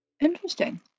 Interesting